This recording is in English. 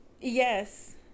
yes